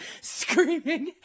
screaming